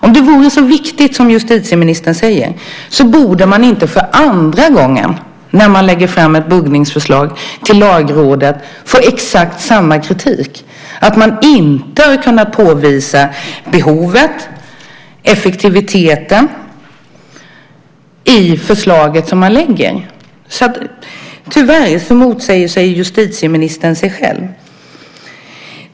Om det vore så viktigt som justitieministern säger borde man inte för andra gången när man lägger fram ett buggningsförslag till Lagrådet få exakt samma kritik, för att man i förslaget inte har kunnat påvisa behovet och effektiviteten. Tyvärr motsäger justitieministern sig själv.